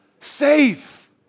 Safe